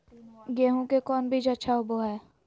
गेंहू के कौन बीज अच्छा होबो हाय?